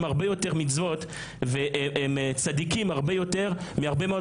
הרבה יותר מצוות והם צדיקים הרבה יותר מהרבה יותר